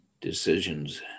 decisions